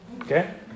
okay